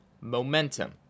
momentum